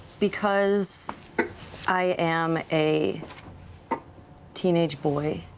because i am a teenage boy,